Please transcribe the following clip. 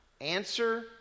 Answer